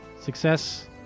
Success